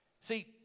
See